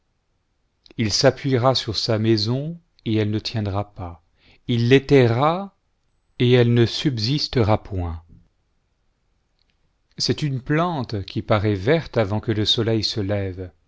s'appuiera sur sa maison et elle ne tiendra pas il l'étayera et elle ne subsistera point c'est iine plante qui paraît verte avant que le soleil se lève